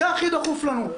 זה הכי דחוף לנו.